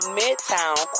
midtown